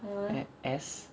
and S